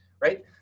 Right